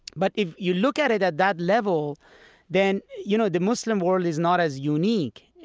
but if you look at it at that level then you know the muslim world is not as unique.